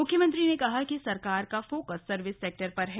मुख्यमंत्री ने कहा कि सरकार का फोकस सर्विस सेक्टर पर है